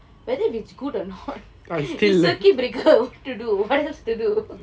whether if it's good or not it's circuit breaker what to do what else to do